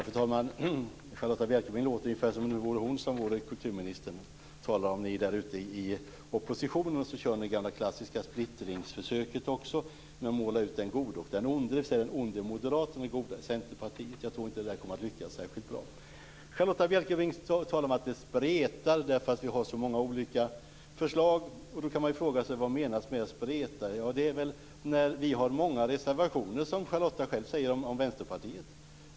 Fru talman! På Charlotta Bjälkebring låter det ungefär som om det var hon som var kulturminister. Hon talar om ni där ute i oppositionen. Hon kör också med det gamla splittringsförsöket att måla ut den gode och den onde, dvs. att den onde är Moderaterna och den gode är Centerpartiet. Jag tror inte att det där kommer att lyckas särskilt bra. Charlotta Bjälkebring talar om att det spretar därför att vi har så många olika förslag. Då kan man fråga sig vad som menas med att spreta. Ja, det är väl att ha många reservationer, som Charlotta själv säger om Vänsterpartiet.